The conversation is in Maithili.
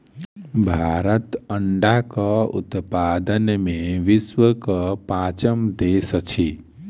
भारत अंडाक उत्पादन मे विश्वक पाँचम देश अछि